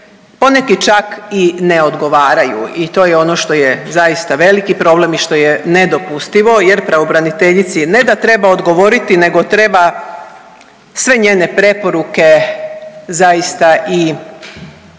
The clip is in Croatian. poneki čak i ne odgovaraju i to je ono što je zaista veliki problem i što je nedopustivo jer pravobraniteljici ne da treba odgovoriti nego treba sve njene preporuke zaista i u potpunosti